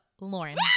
Lauren